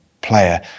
player